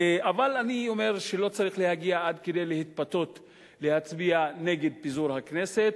אבל אני אומר שלא צריך להגיע עד כדי התפתות להצביע נגד פיזור הכנסת.